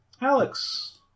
Alex